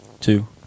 two